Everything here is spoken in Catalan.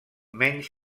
menys